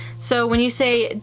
so, when you say,